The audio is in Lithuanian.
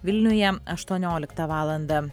vilniuje aštuonioliktą valandą